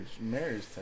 marriage